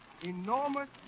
enormous